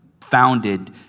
founded